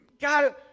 God